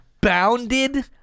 bounded